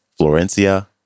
Florencia